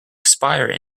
expire